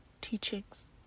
teachings